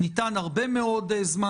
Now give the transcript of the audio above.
ניתן הרבה מאוד זמן.